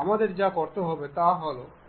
আমাদের কাছে স্লটের বিবরণ রয়েছে